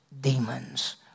demons